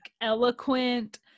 eloquent